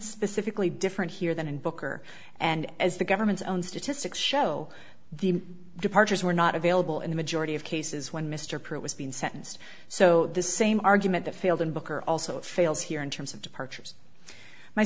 specifically different here than in booker and as the government's own statistics show the departures were not available in the majority of cases when mr perot was being sentenced so the same argument that failed in booker also fails here in terms of departures my